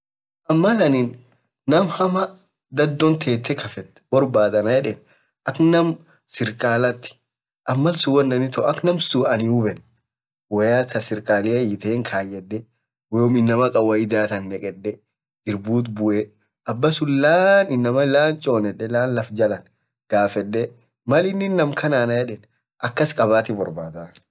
aninn mall naam hamaa dadon tetee kafeet boarbaad anan yedeen akk nam sirkalaat akk namsuun anhiihubeen woyaa taa sirkalia hiitein kaedee.woyuum inamaa kawaidaa kaan kayedee dirbuut buee abasuun laan inamaa chonedee jalaan gafedee malininn laf kanaa anan yedeen akasit kabaa.